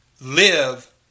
live